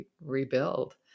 rebuild